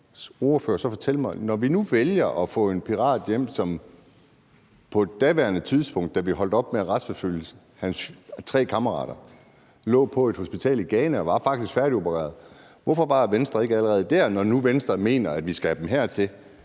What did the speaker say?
Når vi nu vælger at få en pirat hjem, som på daværende tidspunkt, da vi holdt op med at retsforfølge hans tre kammerater, lå på et hospital i Ghana og faktisk var færdigopereret, hvorfor var det så, at Venstre ikke allerede der – når nu Venstre mener, at vi skal have dem hertil,